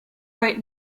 wrote